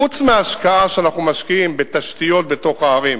חוץ מהשקעה שאנחנו משקיעים בתשתיות בתוך הערים,